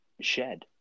shed